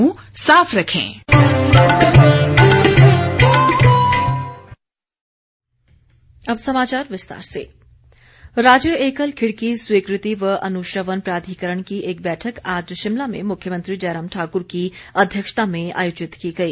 मुख्यमंत्री राज्य एकल खिड़की स्वीकृति व अनुश्रवण प्राधिकरण की एक बैठक आज शिमला में मुख्यमंत्री जयराम ठाकुर की अध्यक्षता में आयोजित की गई